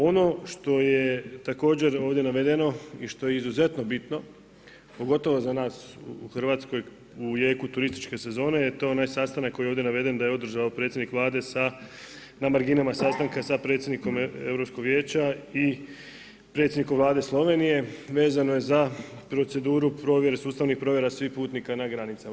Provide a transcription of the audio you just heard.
Ono što je također ovdje navedeno i što je izuzetno bitno, pogotovo za nas u Hrvatskoj u jeku turističke sezone je to onaj sastanak koji je ovdje naveden da je održao predsjednik Vlade, na marginama sastanka sa predsjednikom Europskog vijeća i predsjednikom Vlade Slovenije, vezano je za proceduru, provjera, sustavnih provjera svih putnika na granicama.